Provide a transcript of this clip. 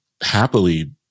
happily